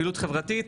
פעילות חברתית,